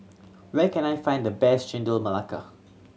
where can I find the best Chendol Melaka